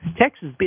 Texas